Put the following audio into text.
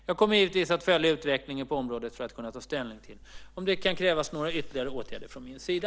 Jag kommer givetvis att följa utvecklingen på området för att kunna ta ställning till om det kan krävas några ytterligare åtgärder från min sida.